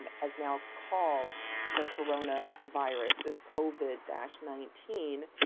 and has now called the corona virus, this cova dash nineteen.